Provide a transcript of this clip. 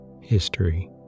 History